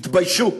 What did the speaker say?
תתביישו.